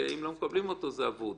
שאם לא מקבלים אותו זה אבוד.